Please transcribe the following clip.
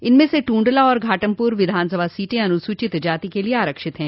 इनमें से टूंडला और घाटमपुर विधानसभा सीटें अनुसूचित जाति के लिये आरक्षित है